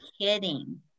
kidding